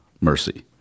mercy